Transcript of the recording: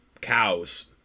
cows